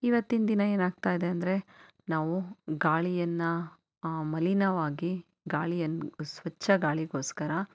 ಇವತ್ತಿನ ದಿನ ಏನಾಗ್ತಾ ಇದೆ ಅಂದರೆ ನಾವು ಗಾಳಿಯನ್ನು ಮಲಿನವಾಗಿ ಗಾಳಿಯನ್ನ ಸ್ವಚ್ಛ ಗಾಳಿಗೋಸ್ಕರ